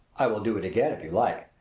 i will do it again if you like.